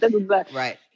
right